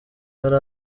hari